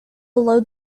below